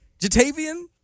Jatavian –